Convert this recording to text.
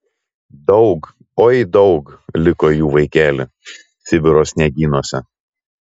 daug oi daug liko jų vaikeli sibiro sniegynuose